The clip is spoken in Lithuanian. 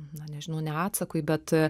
na nežinau ne atsakui bet